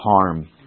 harm